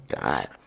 God